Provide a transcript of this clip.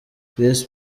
chris